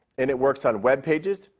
and it works on web pages.